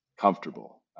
comfortable